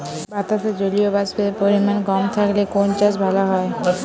বাতাসে জলীয়বাষ্পের পরিমাণ কম থাকলে কোন চাষ ভালো হয়?